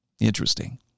Interesting